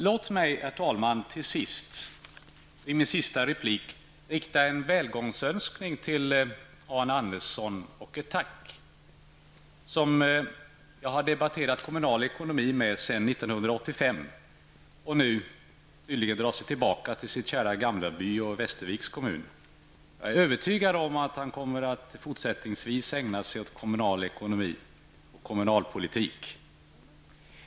Låt mig, herr talman, till sist rikta en välgångsönskan och ett tack till Arne Andersson. Jag har debatterat kommunal ekonomi med honom sedan 1985, och nu drar han sig tydligen tillbaka till sitt kära Gamleby och Västerviks kommun. Jag är övertygad om att han fortsättningsvis kommer att ägna sig åt kommunal ekonomi och kommunalpolitik.